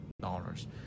dollars